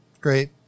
Great